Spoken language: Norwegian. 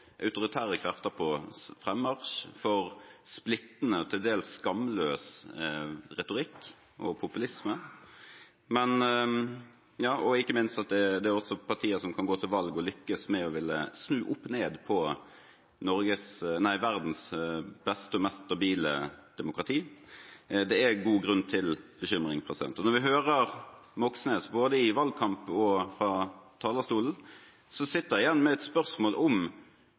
autoritære krefter på frammarsj, for splittende og til dels skamløs retorikk og populisme og ikke minst for at det også er partier som kan gå til valg og lykkes med å ville snu opp ned på verdens beste og mest stabile demokrati. Det er god grunn til bekymring. Når vi hører Moxnes både i valgkamp og fra talerstolen, sitter vi igjen med et spørsmål om,